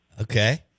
Okay